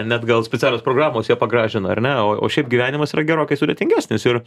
net gal specialios programos ją pagražina ar ne o o šiaip gyvenimas yra gerokai sudėtingesnis ir